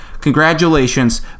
congratulations